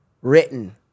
written